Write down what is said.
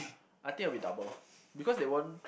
I think it'll be double because they won't